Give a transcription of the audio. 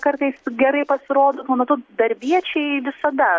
kartais gerai pasirodo tuo metu darbiečiai visada